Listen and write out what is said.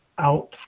out